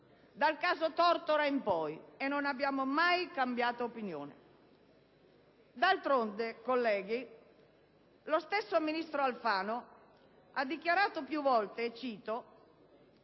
dal caso Tortora in poi e non abbiamo mai cambiato opinione. D'altronde, colleghi, lo stesso ministro Alfano ha dichiarato più volte e cito: